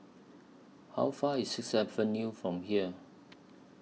How Far IS Sixth Avenue from here